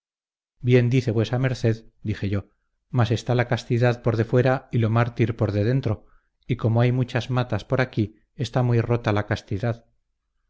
bien dice vuesa merced dije yo mas está la castidad por defuera y lo mártir por de dentro y como hay muchas matas por aquí está muy rota la castidad